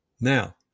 Now